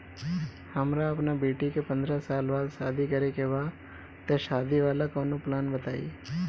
हमरा अपना बेटी के पंद्रह साल बाद शादी करे के बा त शादी वाला कऊनो प्लान बताई?